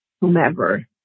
whomever